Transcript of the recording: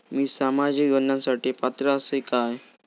मी सामाजिक योजनांसाठी पात्र असय काय?